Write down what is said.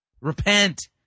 Repent